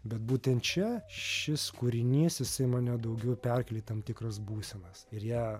bet būtent čia šis kūrinys jisai mane daugiau perkelia į tam tikras būsenas ir ją